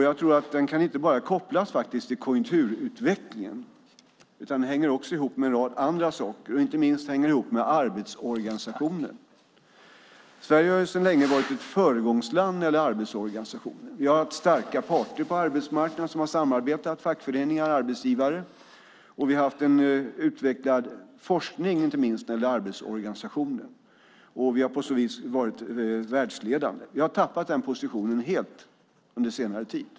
Jag tror faktiskt inte att det bara kan kopplas till konjunkturutvecklingen, utan det hänger också ihop med en rad andra saker. Inte minst hänger det ihop med arbetsorganisationen. Sverige har sedan länge varit ett föregångsland när det gäller arbetsorganisationen. Vi har haft starka parter på arbetsmarknaden som har samarbetat, fackföreningar och arbetsgivare. Och vi har haft en utvecklad forskning, inte minst när det gäller arbetsorganisationen. Vi har på så vis varit världsledande. Vi har tappat den positionen helt under senare tid.